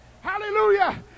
Hallelujah